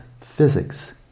physics